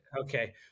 Okay